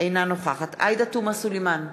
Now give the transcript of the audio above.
אינה נוכחת עאידה תומא סלימאן,